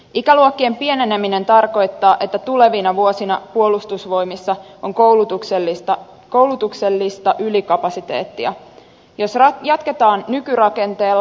ikäluokkien pieneneminen tarkoittaa että tulevina vuosina puolustusvoimissa on koulutuksellista ylikapasiteettia jos jatketaan nykyrakenteella